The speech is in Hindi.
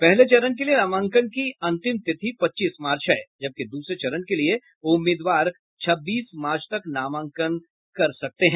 पहले चरण के लिए नामांकन की अंतिम तिथि पच्चीस मार्च है जबकि दूसरे चरण के लिए उम्मीदवार छब्बीस मार्च तक नामांकन कर सकते हैं